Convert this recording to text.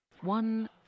One